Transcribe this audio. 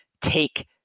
take